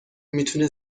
میتونه